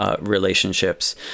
relationships